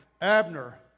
Abner